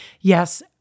Yes